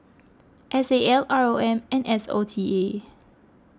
S A L R O M and S O T A